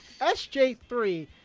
SJ3